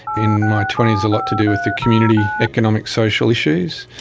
in my twenty s, a lot to do with the community, economic social issues.